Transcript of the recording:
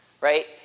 right